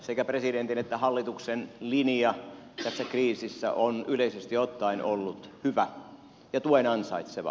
sekä presidentin että hallituksen linja tässä kriisissä on yleisesti ottaen ollut hyvä ja tuen ansaitseva